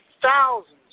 thousands